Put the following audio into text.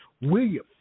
William